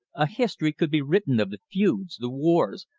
a history could be written of the feuds, the wars,